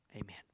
Amen